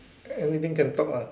anything can talk lah